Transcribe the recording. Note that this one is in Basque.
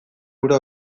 hura